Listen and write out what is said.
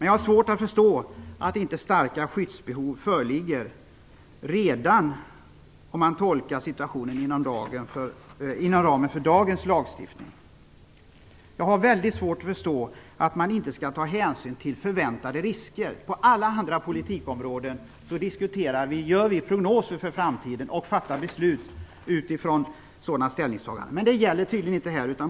Jag har svårt att förstå att inte starka skyddsbehov föreligger redan om man tolkar situationen inom ramen för dagens lagstiftning. Jag har väldigt svårt att förstå att man inte skall ta hänsyn till förväntade risker. På alla andra politikområden diskuterar vi dessa, gör prognoser för framtiden och fattar beslut utifrån sådana ställningstaganden. Men det gäller tydligen inte här.